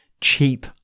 Cheap